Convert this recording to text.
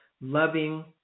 Loving